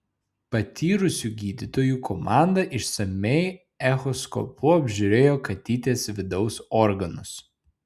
patyrusių gydytojų komanda išsamiai echoskopu apžiūrėjo katytės vidaus organus